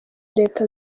leta